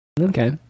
Okay